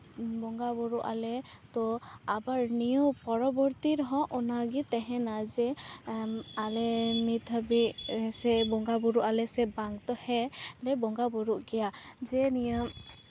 ᱵᱚᱸᱜᱟ ᱵᱩᱨᱩᱜ ᱟᱞᱮ ᱛᱚ ᱟᱵᱟᱨ ᱱᱤᱭᱟᱹ ᱯᱚᱨᱚᱵᱚᱨᱛᱤ ᱨᱮᱦᱚᱸ ᱚᱱᱟ ᱜᱮ ᱛᱟᱦᱱᱟ ᱡᱮ ᱟᱞᱮ ᱱᱤᱛ ᱦᱟᱹᱵᱤᱡ ᱥᱮ ᱵᱚᱸᱜᱟ ᱵᱩᱨᱩᱜ ᱟᱞᱮ ᱥᱮ ᱵᱟᱝ ᱛᱚ ᱦᱮᱸ ᱞᱮ ᱵᱚᱸᱜᱟ ᱵᱩᱨᱩᱜ ᱜᱮᱭᱟ ᱡᱮ ᱱᱤᱭᱟᱹ